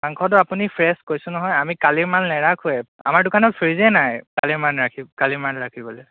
মাংসটো আপুনি ফ্ৰেছ কৈছোঁ নহয় আমি কালিৰ মাল নেৰাখোঁৱেই আমাৰ দোকানত ফ্ৰীজেই নাই কালিৰ মাল কালিৰ মাল ৰাখিবলৈ